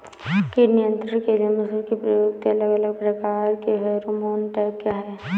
कीट नियंत्रण के लिए मसूर में प्रयुक्त अलग अलग प्रकार के फेरोमोन ट्रैप क्या है?